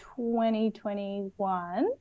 2021